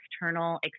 external